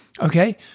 Okay